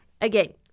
again